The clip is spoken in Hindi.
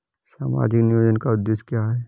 सामाजिक नियोजन का उद्देश्य क्या है?